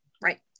Right